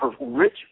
rich